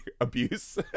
abuse